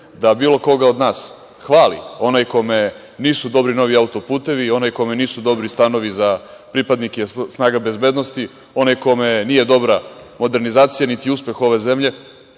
da bilo koga od nas hvali onaj kome nisu dobri novi auto-putevi, onaj kome nisu dobri stanovi za pripadnike snaga bezbednosti, onaj kome nije dobra modernizacija, niti uspeh ove zemlje,